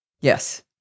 Yes